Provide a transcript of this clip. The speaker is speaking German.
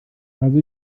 also